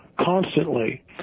constantly